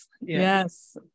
yes